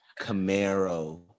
Camaro